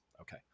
Okay